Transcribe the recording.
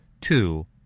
Two